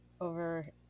over